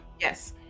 Yes